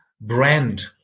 brand